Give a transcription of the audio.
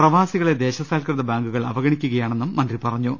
പ്രവാസികളെ ദേശസാൽകൃത ബാങ്കുകൾ അവഗണിക്കുകയാണെന്നും മന്ത്രി പറഞ്ഞു